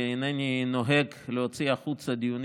כי אינני נוהג להוציא החוצה דיונים